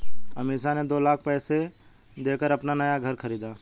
अमीषा ने दो लाख पैसे देकर अपना नया घर खरीदा